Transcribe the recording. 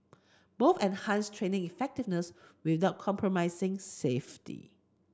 both enhanced training effectiveness without compromising safety